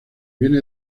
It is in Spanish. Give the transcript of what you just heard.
viene